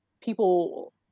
people